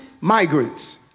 migrants